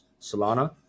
Solana